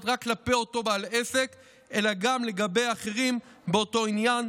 רק כלפי אותו בעל עסק אלא גם לגבי אחרים באותו עניין,